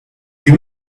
you